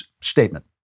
statement